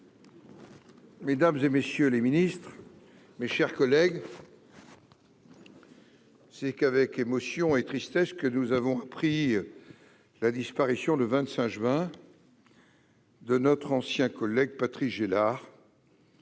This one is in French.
mesdames, messieurs les ministres, mes chers collègues, c'est avec beaucoup d'émotion et de tristesse que nous avons appris la disparition, le 25 juin, de notre ancien collègue Patrice Gélard,